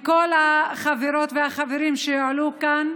מכל החברות והחברים שעלו כאן,